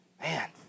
man